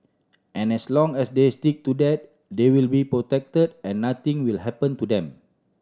and as long as they stick to that they will be protected and nothing will happen to them